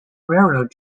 railroad